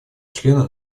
члена